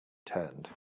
turned